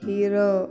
Hero